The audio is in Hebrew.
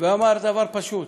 ואמר דבר פשוט: